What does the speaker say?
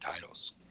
titles